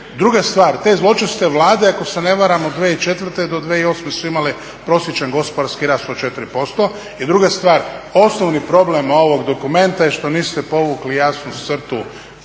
Druga stvar, te zločeste Vlade ako se ne varam od 2004. do 2008. su imale prosječan gospodarski rast od 4%. I druga stvar, osnovni problem ovog dokumenta je što niste povukli jasnu crtu